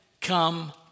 come